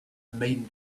maiden